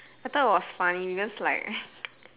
I thought it was funny because like